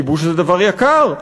כיבוש זה דבר יקר,